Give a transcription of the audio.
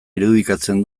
irudikatzen